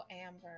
Amber